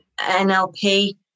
NLP